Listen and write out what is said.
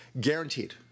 guaranteed